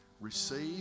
Receive